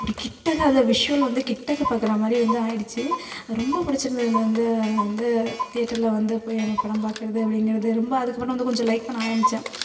அப்படி கிட்டக்க அது விஷ்வல் வந்து கிட்டக்க பாக்குற மாதிரி வந்து ஆகிடுச்சி அது ரொம்ப பிடிச்சிருந்தது அது வந்து வந்து தேட்டரில் வந்து போய் நம்ம படம் பாக்கிறது அப்டிங்கிறது ரொம்ப அதுக்கப்பறம் வந்து கொஞ்சம் லைக் பண்ண ஆரம்பிச்சேன்